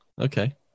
Okay